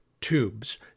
tubes